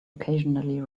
occasionally